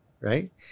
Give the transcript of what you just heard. right